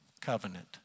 covenant